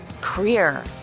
career